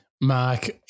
Mark